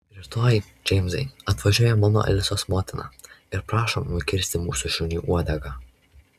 rytoj džeimsai atvažiuoja mano alisos motina ir prašom nukirsti mūsų šuniui uodegą